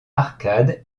arcade